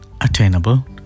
attainable